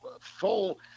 full